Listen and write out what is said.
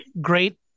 great